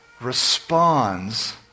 responds